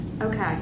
Okay